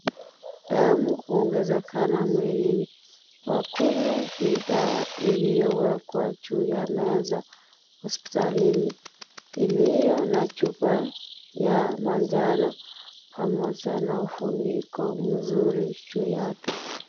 Damu huongezekana mwilini, wakunywe hii dawa iliyowekwa juu ya meza hospitalini iliyo na chupa ya manjano pamoja na ufuniko mzuri juu yake.